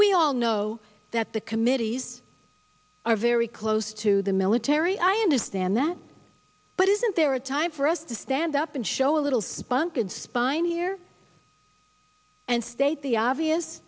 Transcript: we all know that the committees are very close to the military i understand that but isn't there a time for us to stand up and show a little spunk and spine here and state the obvious